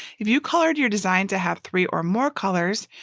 if you colored your design to have three or more colors,